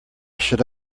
should